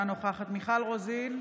אינה נוכחת מיכל רוזין,